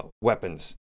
weapons